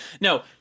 No